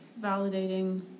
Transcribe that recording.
validating